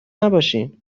نباشین